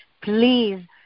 Please